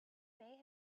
may